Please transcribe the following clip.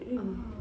ah